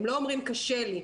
הם לא אומרים קשה לי.